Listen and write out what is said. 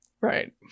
Right